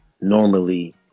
normally